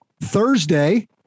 Thursday